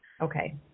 Okay